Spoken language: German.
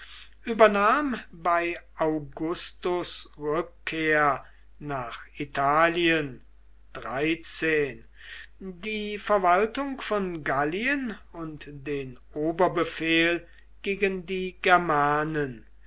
übernahm bei augustus rückkehr nach italien die verwaltung von gallien und den oberbefehl gegen die germanen